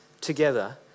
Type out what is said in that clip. together